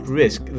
risk